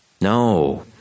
No